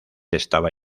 estaba